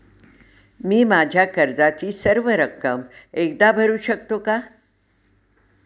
मी माझ्या कर्जाची सर्व रक्कम एकदा भरू शकतो का?